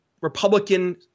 Republican